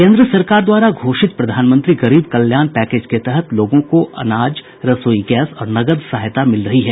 केन्द्र सरकार द्वारा घोषित प्रधानमंत्री गरीब कल्याण पैकेज के तहत लोगों को अनाज रसोई गैस और नकद सहायता मिल रही है